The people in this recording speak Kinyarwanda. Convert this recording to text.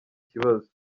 kibazo